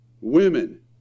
women